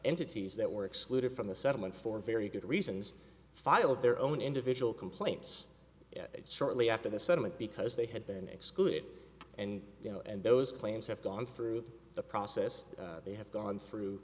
entities that were excluded from the settlement for very good reasons filed their own individual complaints shortly after the settlement because they had been excluded and you know and those claims have gone through the process they have gone through